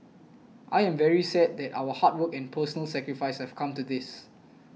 I am very sad that our hard work and personal sacrifice have come to this